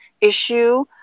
issue